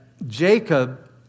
Jacob